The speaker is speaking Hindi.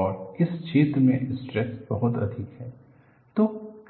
और इस क्षेत्र में स्ट्रेस बहुत अधिक है